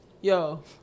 Yo